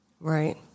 Right